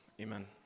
Amen